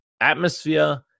atmosphere